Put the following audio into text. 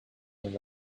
him